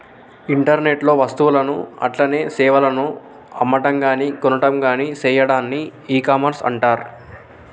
internet లో వస్తువులను అట్లనే సేవలను అమ్మటంగాని కొనటంగాని సెయ్యాడాన్ని ఇకామర్స్ అంటర్